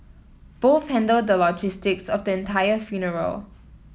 both handled the logistics of the entire funeral